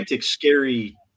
scary